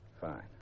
Fine